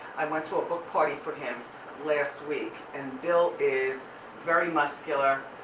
i went to a book party for him last week and bill is very muscular,